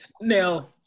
Now